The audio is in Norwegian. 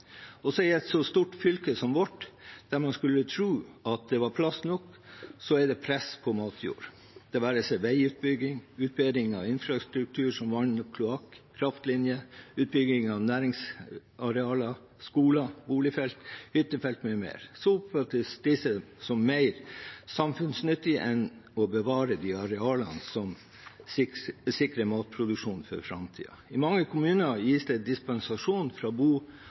Også i et så stort fylke som vårt, der man skulle tro at det var plass nok, er det press på matjorda. Det være seg veibygging eller utbedring av infrastruktur som vann og kloakk, kraftlinjer, utbygging av næringsarealer, skoler, boligfelt, hyttefelt m.m., oppfattes disse som mer samfunnsnyttige enn det å bevare de arealene som sikrer matproduksjon for framtiden. I mange kommuner gis det dispensasjon fra bo-